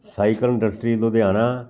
cycle industry Ludhiana